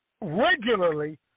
regularly